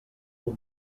will